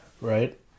Right